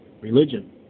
religion